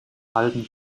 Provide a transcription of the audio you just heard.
halten